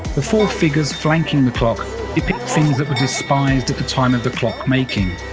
the four figures flanking the clock depict things that were despised at the time of the clock making.